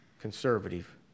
conservative